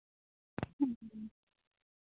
ᱦᱩᱸ